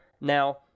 Now